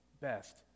best